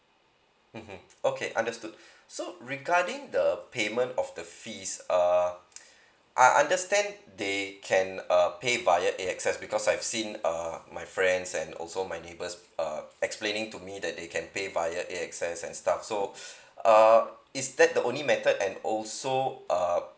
mmhmm okay understood so regarding the payment of the fees uh I understand they can uh pay via A X S because I've seen uh my friends and also my neighbours uh explaining to me that they can pay via A X S and stuff so uh is that the only method and also uh